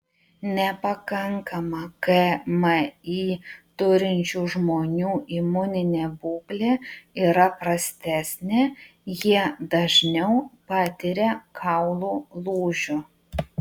nepakankamą kmi turinčių žmonių imuninė būklė yra prastesnė jie dažniau patiria kaulų lūžių